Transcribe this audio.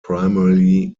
primarily